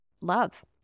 love